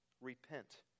repent